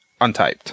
Untyped